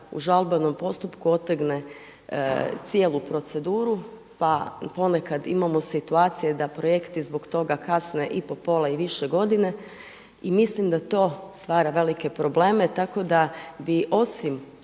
u žalbenom postupku otegne cijelu proceduru pa ponekad imamo situacije da projekti zbog toga kasne i po pola i više godine, i mislim da to stvara velike probleme tako da bi osim